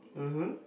(uh huh)